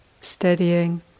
steadying